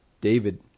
David